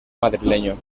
madrileño